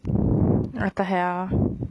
what the hell